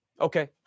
Okay